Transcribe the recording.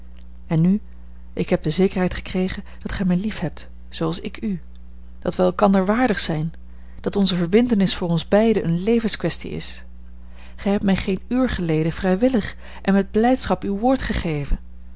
en nu ik heb de zekerheid gekregen dat gij mij liefhebt zooals ik u dat wij elkander waardig zijn dat onze verbintenis voor ons beiden eene levenskwestie is gij hebt mij geen uur geleden vrijwillig en met blijdschap uw woord gegeven